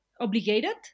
obligated